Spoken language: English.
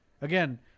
Again